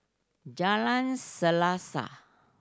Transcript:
Jalan Selaseh